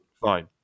Fine